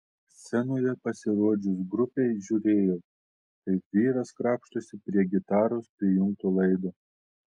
scenoje pasirodžius grupei žiūrėjau kaip vyras krapštosi prie gitaros prijungto laido